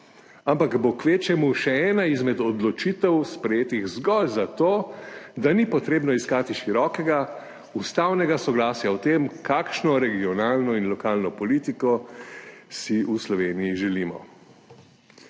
ampak bo kvečjemu še ena izmed odločitev, sprejetih zgolj za to, da ni potrebno iskati širokega ustavnega soglasja o tem, kakšno regionalno in lokalno politiko si v Sloveniji želimo.